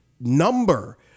number